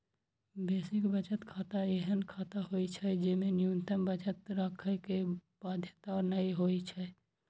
basic बचत खाता एहन खाता होइ छै, जेमे न्यूनतम बचत राखै के बाध्यता नै होइ छै